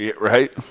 Right